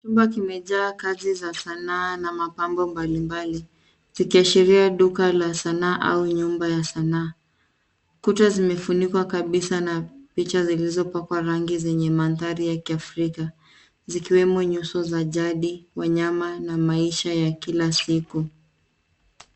Chumba kimejaa kazi za sanaa na mapambo mbalimbali zikiashiria duka la sanaa au nyumba ya sanaa. Kuta zimefunikwa kabisa na picha zilizopakwa rangi zenye mandhari ya kiafrika zikiwemo nyuso za jadi ,wanyama na maisha ya kila simu